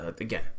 Again